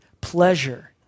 pleasure